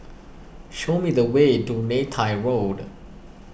show me the way to Neythai Road